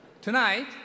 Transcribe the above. Tonight